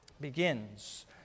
begins